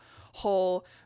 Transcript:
whole